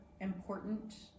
important